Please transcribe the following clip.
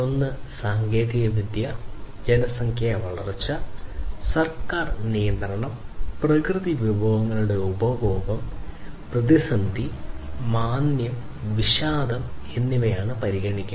ഒന്ന് സാങ്കേതികവിദ്യ ജനസംഖ്യാ വളർച്ച സർക്കാർ നിയന്ത്രണം പ്രകൃതി വിഭവങ്ങളുടെ ഉപഭോഗം പ്രതിസന്ധി മാന്ദ്യം വിഷാദം എന്നിവ പരിഗണിക്കുക